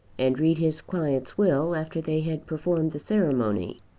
and read his client's will after they had performed the ceremony.